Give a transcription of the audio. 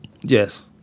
Yes